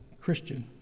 Christian